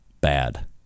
bad